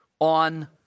on